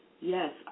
Yes